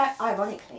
ironically